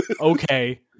Okay